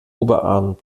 oberarm